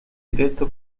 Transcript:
directo